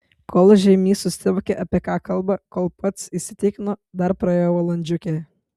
kol žeimys susivokė apie ką kalba kol pats įsitikino dar praėjo valandžiukė